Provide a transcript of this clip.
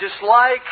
dislike